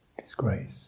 disgrace